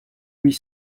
huit